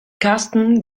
karsten